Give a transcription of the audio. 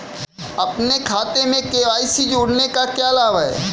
अपने खाते में के.वाई.सी जोड़ने का क्या लाभ है?